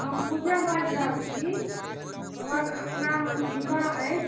हम पूजा बाजि रहल छी हमर आङ्गनामे विवाह अछि